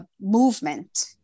movement